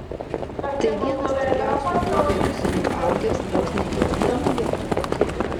tai vienas stipriausių augalų seniau augęs vos ne kiekvieno lietuvio kieme